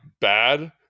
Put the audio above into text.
bad